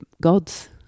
gods